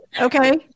okay